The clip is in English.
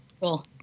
Cool